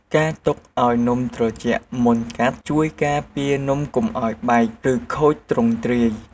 ការទុកឱ្យនំត្រជាក់មុនកាត់ ជួយការពារនំកុំឱ្យបែក ឬខូចទ្រង់ទ្រាយ។